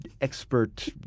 expert